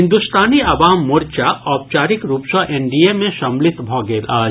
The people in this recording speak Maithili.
हिन्दुस्तानी आवाम मोर्चा औपचारिक रूप सँ एनडीए मे सम्मिलित भऽ गेल अछि